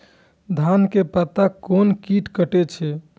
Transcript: धान के पत्ता के कोन कीट कटे छे?